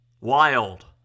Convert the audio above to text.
Wild